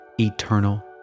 eternal